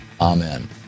Amen